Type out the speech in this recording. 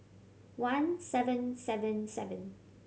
one seven seven seven